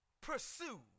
pursue